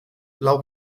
lau